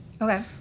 okay